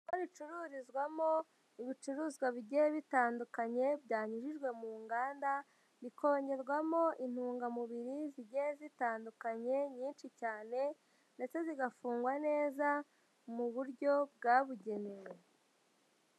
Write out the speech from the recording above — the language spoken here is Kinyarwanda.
Isiko ricururizwamo ibicuruzwa bigiye bitandukanye byanyujijwe mu nganda, bikongerwamo intungamubiri zigiye zitandukanye nyinshi cyane ndetse zigafungwa neza mu buryo bwabugenewe.